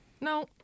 No